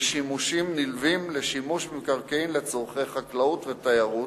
כשימושים נלווים לשימוש במקרקעין לצורכי חקלאות ותיירות,